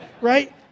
right